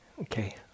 Okay